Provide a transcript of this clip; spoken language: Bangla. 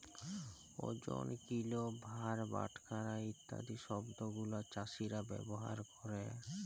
ওজন, কিলো, ভার, বাটখারা ইত্যাদি শব্দ গুলো চাষীরা ব্যবহার ক্যরে